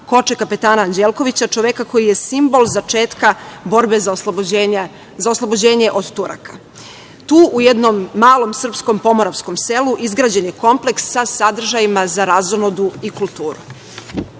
Koče Kapetana Anđelkovića, čoveka koji je simbol začetka borbe za oslobođenje od Turaka. Tu u jednom malom srpskom pomoravskom selu izgrađen je kompleks sa sadržajima za razonodu i kulturu. Ipak